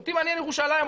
אותי מעניין ירושלים,